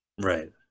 Right